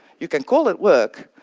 you can call it work,